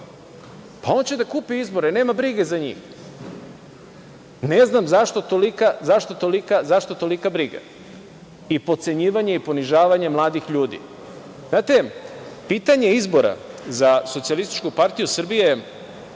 On će da kupi izbore, nema brige za njih. Ne znam zašto tolika briga i potcenjivanje i ponižavanje mladih ljudi? Znate, pitanje izbora za SPS i naše